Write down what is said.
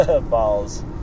balls